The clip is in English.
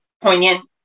poignant